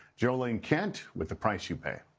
jo ling kent with the price you pay.